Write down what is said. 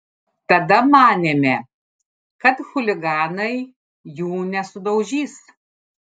tada manėme kad chuliganai jų nesudaužys